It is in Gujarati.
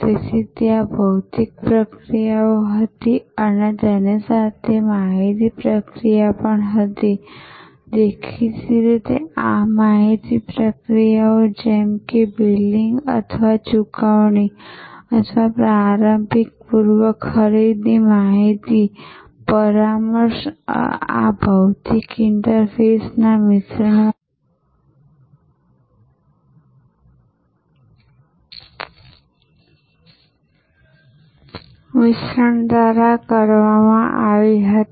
તેથી ત્યાં ભૌતિક પ્રક્રિયાઓ હતી અને તેની સાથે માહિતી પ્રક્રિયા પણ હતી તેથી દેખીતી રીતે આ માહિતી પ્રક્રિયાઓ જેમ કે બિલિંગ અથવા ચુકવણી અથવા પ્રારંભિક પૂર્વ ખરીદી માહિતી પરામર્શ આ ભૌતિક ઇન્ટરફેસના મિશ્રણ દ્વારા કરવામાં આવી હતી